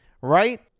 right